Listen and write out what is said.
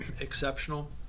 exceptional